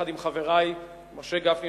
יחד עם חברי משה גפני,